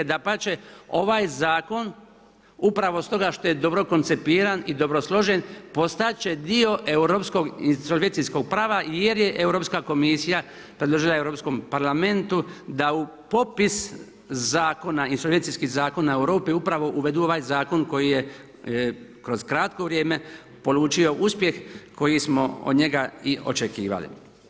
Dapače ovaj zakon upravo stoga što je dobro koncipiran i dobro složen postat će dio europskog … prava jer je Europska komisija predložila Europskom parlamentu da u popis zakona, insolvencijskih zakona u Europi upravo uvedu ovaj Zakon koji je kroz kratko vrijeme polučio uspjeh koji smo od njega i očekivali.